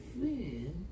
friend